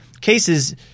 cases